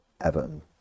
Everton